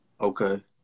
Okay